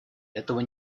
этого